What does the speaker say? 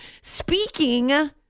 Speaking